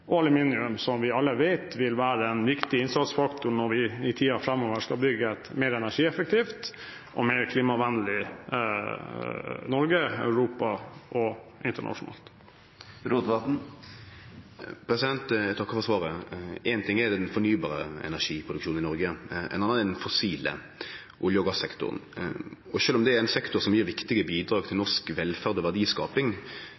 som vi alle vet vil være en viktig innsatsfaktor når vi i tiden framover skal bygge mer energieffektivt og klimavennlig i Norge, i Europa og internasjonalt. Eg takkar for svaret. Éin ting er den fornybare energiproduksjonen i Noreg, ein annan den fossile olje- og gassektoren. Sjølv om det er ein sektor som gir viktige bidrag til norsk velferd og verdiskaping,